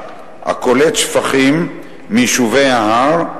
הקולטת שפכים מיישובי ההר,